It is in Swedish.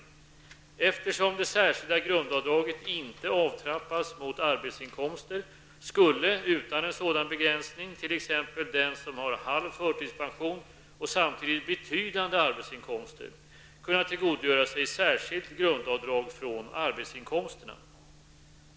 Eftersom det särskilda grundavdraget inte avtrappas mot arbetsinkomster skulle utan en sådan begränsning t.ex. den som har halv förtidspension och samtidigt betydande arbetsinkomster kunna tillgodogöra sig särskilt grundavdrag från arbetsinkomsterna.